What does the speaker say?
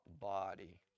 body